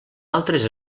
altres